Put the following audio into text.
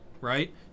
right